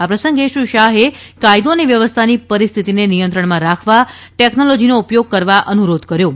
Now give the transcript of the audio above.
આ પ્રસંગે શ્રી શાહે કાયદો અને વ્યવસ્થાની પરિસ્થિતિને નિયત્રણમાં રાખવા ટેકનોલોજીનો ઉપયોગ કરવા અનુરોધ કર્યો છે